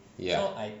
ya